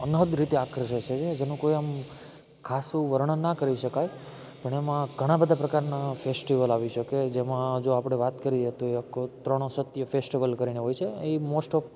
અનહદ રીતે આકર્ષે છે જે જેનું કોઈ આમ ખાસું વર્ણન ના કરી શકાય પણ એમાં ઘણા બધા પ્રકારના ફેસ્ટિવલ આવી શકે જેમાં જો આપણે વાત કરીએ તો અએક ત્રણ સત્ય ફેસ્ટિવલ કરીને હોય છે એ મોસ્ટ ઓફ